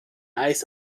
eis